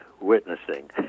witnessing